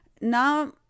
Now